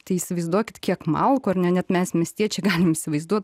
tai įsivaizduokit kiek malkų ar ne net mes miestiečiai galim įsivaizduot